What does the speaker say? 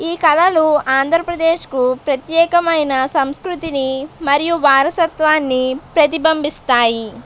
ఈ కళలు ఆంధ్రప్రదేశ్కు ప్రత్యేకమైన సంస్కృతిని మరియు వారసత్వాన్ని ప్రతిబింబిస్తాయి